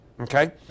Okay